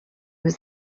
was